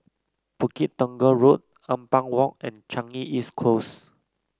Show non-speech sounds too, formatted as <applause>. Bukit Tunggal Road Ampang Walk and Changi East <noise> Close